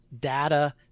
data